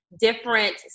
different